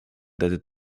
that